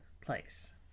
place